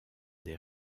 des